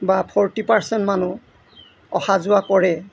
বা forty percent মানুহ অহা যোৱা কৰে